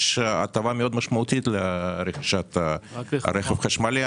יש הטבה מאוד משמעותית לרכישת רכב חשמלי,